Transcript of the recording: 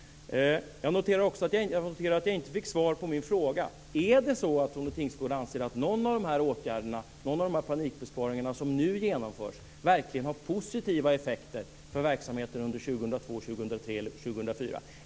Jag noterar att jag inte fick svar på min fråga: Anser Tone Tingsgård att någon av de panikbesparingar som nu genomförs verkligen har positiva effekter för verksamheten under 2002, 2003 och 2004?